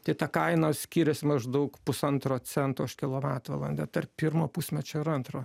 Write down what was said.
tai ta kaina skiriasi maždaug pusantro cento už kilovatvalandę tarp pirmo pusmečio ir antro